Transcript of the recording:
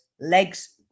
legs